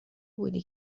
بودی